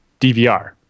DVR